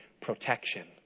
protection